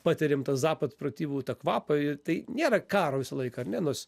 patiriam tą zapad pratybų tą kvapą ir tai nėra karo visą laiką ar ne nors